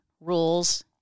rules